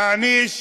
להעניש